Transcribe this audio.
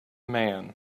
man